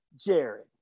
jared